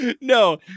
No